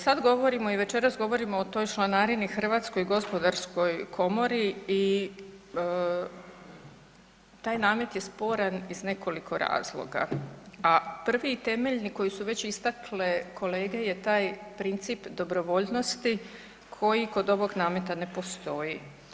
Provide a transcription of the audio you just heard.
Sad govorimo i večeras govorimo o toj članarini Hrvatskoj gospodarskoj komori i taj namet je sporan iz nekoliko razloga, a prvi i temelji koji su već istakle kolege je taj princip dobrovoljnosti koji kod ovog nameta ne postoji.